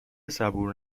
صبور